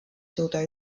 suuda